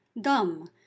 dumb